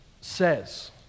says